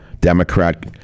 Democrat